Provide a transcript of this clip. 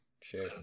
Sure